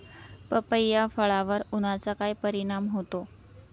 पपई या फळावर उन्हाचा काय परिणाम होतो?